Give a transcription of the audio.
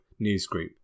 newsgroup